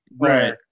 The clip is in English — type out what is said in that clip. Right